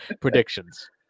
predictions